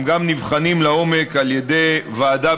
הם גם נבחנים לעומק על ידי ועדה,